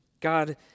God